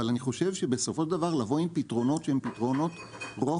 אבל אני חושב שבסופו של דבר לבוא עם פתרונות שהם פתרונות רוחב,